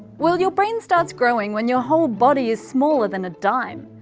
well your brain starts growing when your whole body is smaller than a dime.